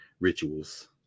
rituals